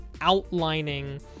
outlining